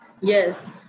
Yes